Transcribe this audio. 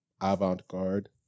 avant-garde